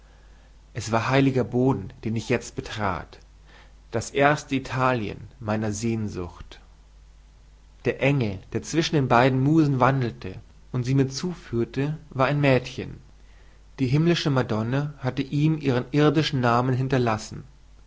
es war heiliger boden den ich jetzt betrat das erste italien meiner sehnsucht der engel der zwischen den beiden musen wandelte und sie mir zuführte war ein mädchen die himmlische madonna hatte ihm ihren irdischen namen hinterlassen